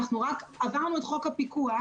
עברנו את חוק הפיקוח,